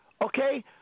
Okay